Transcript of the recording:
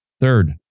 Third